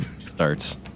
Starts